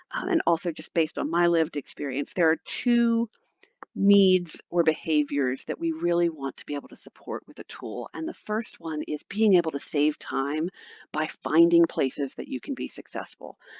and also just based on my lived experience, there are two needs or behaviors that we really want to be able to support with a tool. and the first one is being able to save time by finding places that you can be successful.